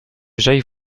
j’aille